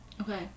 okay